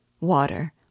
Water